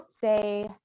say